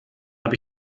habe